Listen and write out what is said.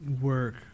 work